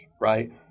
right